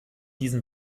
diesen